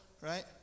right